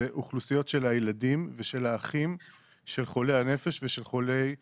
זה אוכלוסיות של הילדים ושל האחים של חולי הנפש ושל חולי הסרטן.